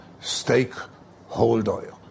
stakeholder